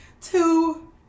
Two